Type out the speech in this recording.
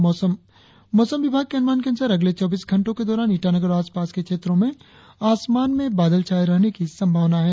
और अब मौसम मौसम विभाग के अनुमान के अनुसार अगले चौबीस घंटो के दौरान ईटानगर और आसपास के क्षेत्रो में आसमान में बादल छाये रहने की संभावना है